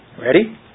Ready